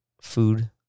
food